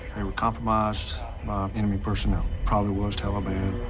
they were compromised personnel, probably was taliban.